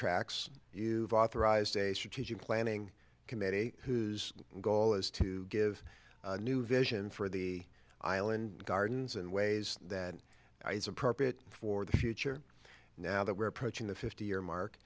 tracks you voth arised a strategic planning committee whose goal is to give a new vision for the island gardens and ways that is appropriate for the future now that we're approaching the fifty year mark